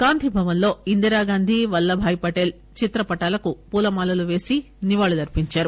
గాంధీ భవన్ లో ఇందిరా గాంధీ వల్లభాయ్ పటేల్ చిత్ర పటాలకు పూల మాలలు పేసి నివాళులు అర్పించారు